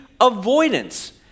avoidance